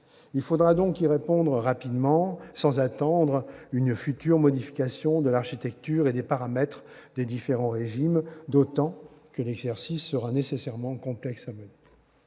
Il faudra donc y répondre rapidement, sans attendre une future modification de l'architecture et des paramètres des différents régimes, d'autant que l'exercice sera nécessairement complexe à mener.